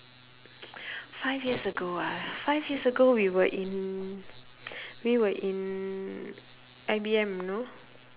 five years ago ah five years ago we were in we were in IBM no